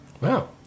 Wow